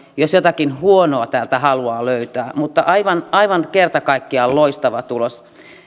jos jotakin huonoa täältä haluaa löytää mutta aivan aivan kerta kaikkiaan loistava tulos